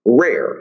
rare